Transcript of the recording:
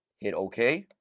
hit ok.